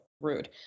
rude